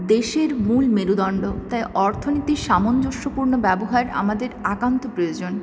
দেশের মূল মেরুদন্ড তাই অর্থনীতির সামঞ্জস্যপূর্ণ ব্যবহার আমাদের একান্ত প্রয়োজন